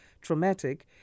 traumatic